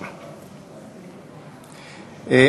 בבקשה.